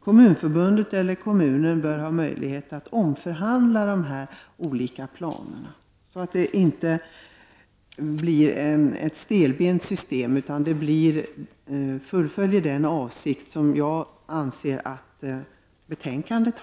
Kommunförbundet eller kommunen i fråga bör ha möjlighet att omförhandla de olika planerna, så att inte systemet blir stelbent. Det gäller att fullfölja de avsikter som kommit till uttryck i betänkandet.